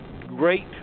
great